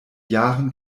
jahren